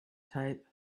type